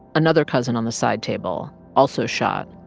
another cousin on the side table also shot.